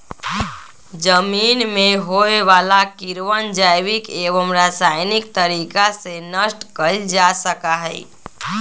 जमीन में होवे वाला कीड़वन जैविक एवं रसायनिक तरीका से नष्ट कइल जा सका हई